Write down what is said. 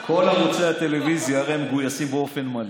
כל ערוצי הטלוויזיה הרי מגויסים באופן מלא.